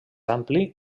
ampli